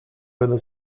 będą